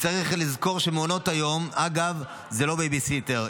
צריך לזכור שמעונות היום, אגב, זה לא בייביסיטר.